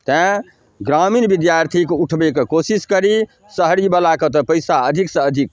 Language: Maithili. तेँ ग्रामीण विद्यार्थीके उठबैके कोशिश करी शहरीवलाके तऽ पइसा अधिकसँ अधिक